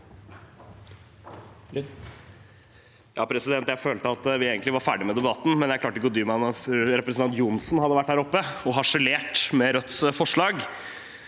(R) Jeg følte at vi egentlig var ferdig med debatten, men jeg klarte ikke å dy meg etter at representanten Johnsen hadde vært her oppe og harselert med Rødts forslag.